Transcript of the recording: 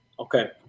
Okay